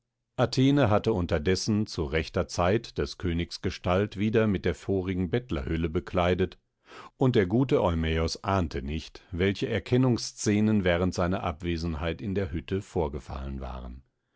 hatte unterdessen zu rechter zeit des königs gestalt wieder mit der vorigen bettlerhülle bekleidet und der gute eumäos ahnte nicht welche erkennungsscenen während seiner abwesenheit in der hütte vorgefallen waren